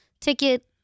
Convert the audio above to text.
ticket